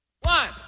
One